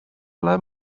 ble